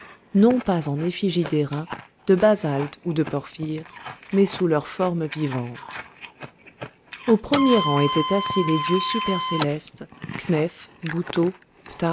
non pas en effigies d'airain de basalte ou de porphyre mais sous les formes vivantes au premier rang étaient assis les dieux super célestes